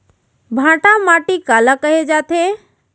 भांटा माटी काला कहे जाथे?